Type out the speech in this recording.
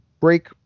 break